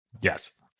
Yes